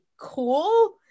cool